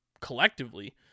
collectively